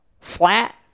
flat